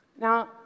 now